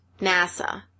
NASA